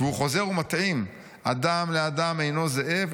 והוא חוזר ומטעים: 'אדם לאדם אינו זאב,